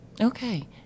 Okay